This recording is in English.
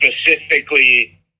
specifically